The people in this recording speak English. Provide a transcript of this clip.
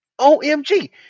OMG